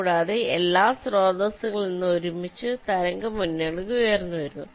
കൂടാതെ എല്ലാ സ്രോതസ്സുകളിൽ നിന്നും ഒരുമിച്ച് തരംഗ മുന്നണികൾ ഉയർന്നുവരുന്നു